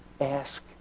ask